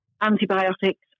antibiotics